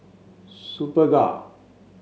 Superga